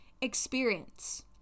experience